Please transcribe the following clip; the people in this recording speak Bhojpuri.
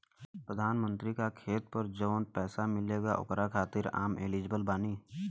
प्रधानमंत्री का खेत पर जवन पैसा मिलेगा ओकरा खातिन आम एलिजिबल बानी?